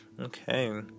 Okay